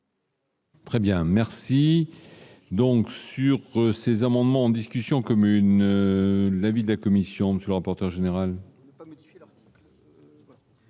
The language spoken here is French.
Très bien, merci, donc, sur ces amendements, discussions communes l'avis de la commission du rapporteur général.